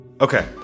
okay